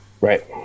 Right